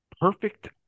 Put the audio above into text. perfect